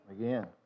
Again